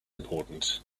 important